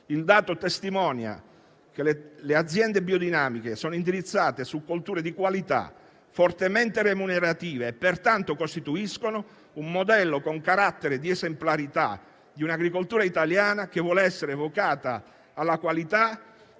Il dato testimonia che le aziende biodinamiche sono indirizzate su colture di qualità, fortemente remunerative e pertanto costituiscono un modello con carattere di esemplarità di un'agricoltura italiana che vuol essere vocata alla qualità e all'alta